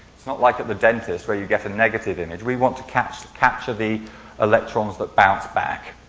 it's not like at the dentist where you get a negative image. we want to capture capture the electrons that bounce back